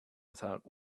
without